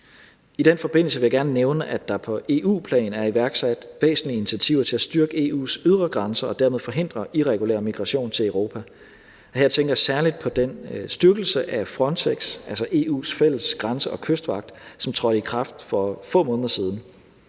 I den forbindelse vil jeg gerne nævne, at der på EU-plan er iværksat væsentlige initiativer til at styrke EU's ydre grænser og dermed forhindre irregulær migration til Europa. Her tænker jeg særlig på den styrkelse af Frontex, altså EU's fælles grænse- og kystvagt, som trådte i kraft for få måneder siden.